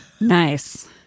Nice